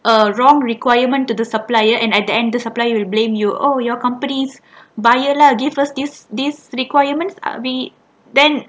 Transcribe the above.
a wrong requirement to the supplier and at the end the supplier will blame you oh your companies buyer lah give us this this requirements we then